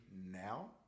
now